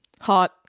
Hot